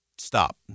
Stop